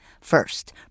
First